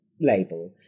label